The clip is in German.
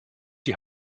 die